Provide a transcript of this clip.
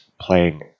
playing